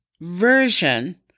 Version